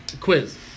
quiz